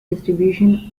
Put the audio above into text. distribution